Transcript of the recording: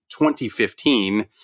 2015